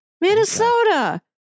minnesota